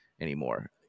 anymore